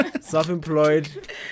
Self-employed